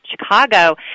Chicago